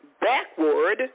backward